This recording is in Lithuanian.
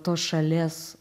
tos šalies